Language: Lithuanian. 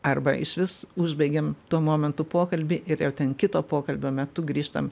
arba išvis užbaigiam tuo momentu pokalbį ir ten kito pokalbio metu grįžtam